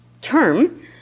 term